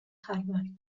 harvard